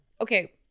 okay